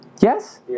Yes